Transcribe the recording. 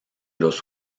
los